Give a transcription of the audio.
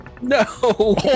No